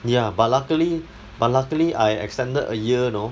ya but luckily but luckily I extended a year you know